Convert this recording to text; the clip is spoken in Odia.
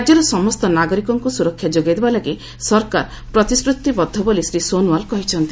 ରାଜ୍ୟର ସମସ୍ତ ନାଗରିକଙ୍କୁ ସୁରକ୍ଷା ଯୋଗାଇ ଦେବା ଲାଗି ସରକାର ପ୍ରତିଶ୍ରତିବଦ୍ଧ ବୋଲି ଶ୍ରୀ ସୋନୱାଲ କହିଚ୍ଛନ୍ତି